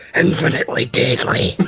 infinitely deadly!